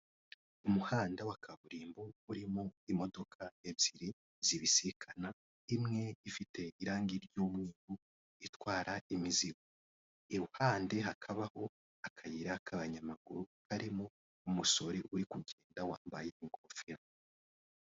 Umuhanda wa kaburimbo urimo imodoka ebyiri zibisikana, imwe ifite irangi ry'umweru itwara imizigo, iruhande hakabaho akayira k'abanyamaguru karimo umusore uri kugenda wambaye ingofero.